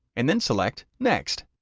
and then select next.